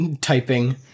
typing